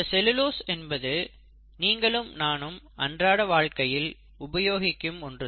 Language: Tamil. இந்த செலுலோஸ் என்பது நீங்களும் நானும் அன்றாட வாழ்க்கையில் உபயோகிக்கும் ஒன்று